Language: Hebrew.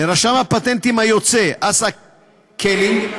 לרשם הפטנטים היוצא אסא קלינג,